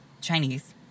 chinese